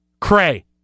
cray